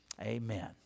Amen